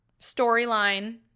storyline